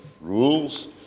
rules